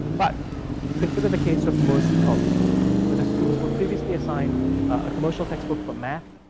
but consider the case of mercy college where the students were previously assigned a commercial textbook for math,